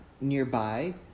Nearby